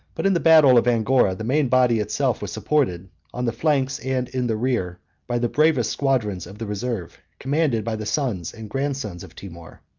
but in the battle of angora, the main body itself was supported, on the flanks and in the rear, by the bravest squadrons of the reserve, commanded by the sons and grandsons of timour.